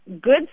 good